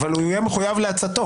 אבל הוא יהיה מחויב לעצתו.